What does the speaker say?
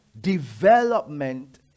Development